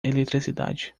eletricidade